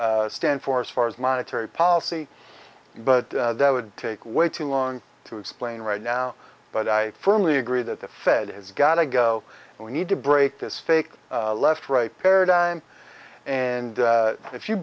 paul's stand for as far as monetary policy but that would take way too long to explain right now but i firmly agree that the fed has got to go and we need to break this fake left right paradigm and if you